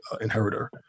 inheritor